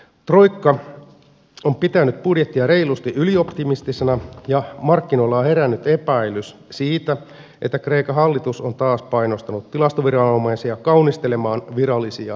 troikka on pitänyt budjettia reilusti ylioptimistisena ja markkinoilla on herännyt epäilys siitä että kreikan hallitus on taas painostanut tilastoviranomaisia kaunistelemaan virallisia lukuja